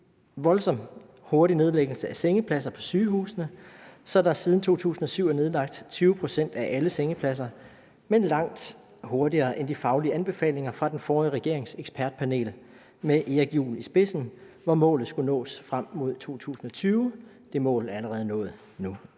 voldsom hurtig nedlæggelse af sengepladser på sygehusene – der er siden 2007 nedlagt 20 pct. af alle sengepladser – og det sker langt hurtigere end de faglige anbefalinger fra den forrige regerings ekspertpanel med Erik Juhl i spidsen, hvor målet skulle nås frem mod 2020. Det mål er nået allerede nu.